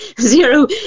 zero